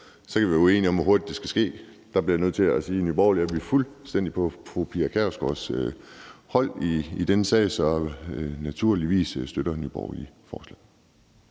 vi kan så være uenige om, hvor hurtigt det skal ske. Der bliver jeg nødt til at sige, at i Nye Borgerlige er vi i denne sag fuldstændig på fru Pia Kjærsgaards hold, så naturligvis støtter Nye Borgerlige forslaget.